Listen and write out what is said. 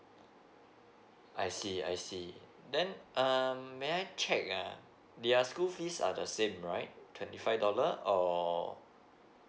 I see I see then um may I check uh their school fees are the same right twenty five dollar or